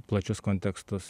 plačius kontekstus